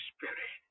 Spirit